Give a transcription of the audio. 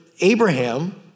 Abraham